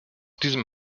diesem